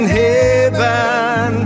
heaven